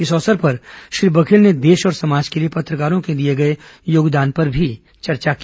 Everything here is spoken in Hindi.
इस अवसर पर श्री बघेल ने देश और समाज के लिए पत्रकारों के दिए योगदान पर चर्चा भी की